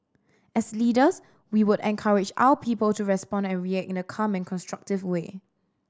as leaders we would encourage our people to respond and react in a calm and constructive way